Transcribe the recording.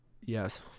Yes